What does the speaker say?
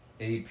AP